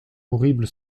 horrible